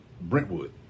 Brentwood